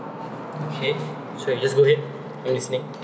okay sorry you just go ahead I’m listening